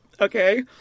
okay